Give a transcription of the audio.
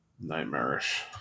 Nightmarish